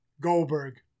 Goldberg